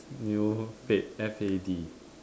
new fad F A D